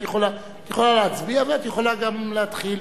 את יכולה להצביע ואת יכולה גם להתחיל.